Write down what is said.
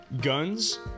guns